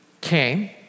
came